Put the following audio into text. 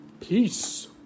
Peace